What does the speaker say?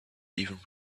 even